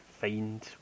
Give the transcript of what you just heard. find